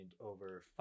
over